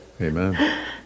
Amen